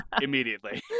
immediately